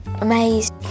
amazed